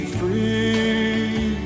free